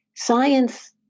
Science